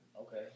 Okay